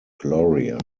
gloria